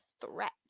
threat